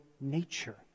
nature